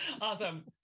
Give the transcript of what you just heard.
Awesome